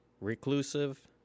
reclusive